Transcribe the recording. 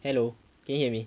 hello can you hear me